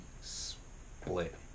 split